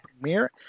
premiere